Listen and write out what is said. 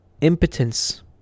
Impotence